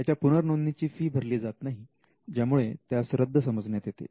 त्याच्या पुनरनोंदणी ची फी भरली जात नाही ज्यामुळे त्यास रद्द समजण्यात येते